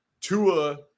Tua –